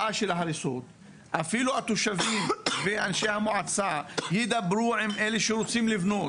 ואפילו התושבים ואנשי המועצה ידברו עם אלה שרוצים לבנות